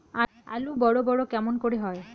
আলু বড় বড় কেমন করে হয়?